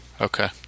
Okay